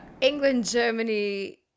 England-Germany